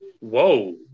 Whoa